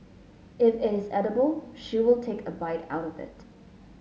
if it is edible she will take a bite out of it